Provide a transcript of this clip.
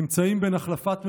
נמצאים בין החלפת ממשלות,